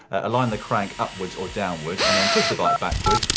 align the crank upwards or downwards, and then push the bike backwards,